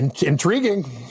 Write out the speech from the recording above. intriguing